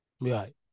right